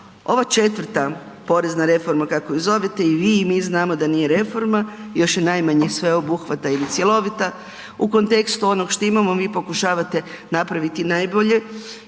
Ova 4. porezna reforma kako ju zovete i vi i mi znamo da nije reforma. Još je najmanje sveobuhvatna ili cjelovita. U kontekstu onog što imamo vi pokušavate napraviti najbolje.